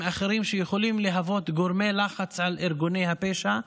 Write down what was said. אחרים שיכולים להוות גורמי לחץ על ארגוני הפשע,